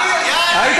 היה בכותל.